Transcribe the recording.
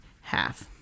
half